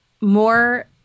more